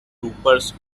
troopers